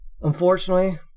unfortunately